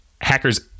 Hackers